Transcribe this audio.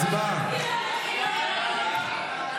הצבעה.